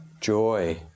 joy